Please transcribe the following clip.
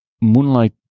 Moonlight